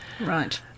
Right